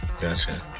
gotcha